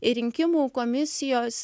į rinkimų komisijos